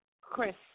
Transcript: Chris